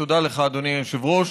תודה לך, אדוני היושב-ראש.